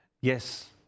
yes